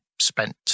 spent